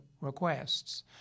requests